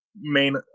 main